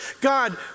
God